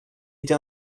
été